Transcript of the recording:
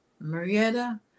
Marietta